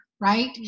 right